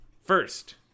First